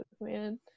man